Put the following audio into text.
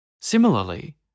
Similarly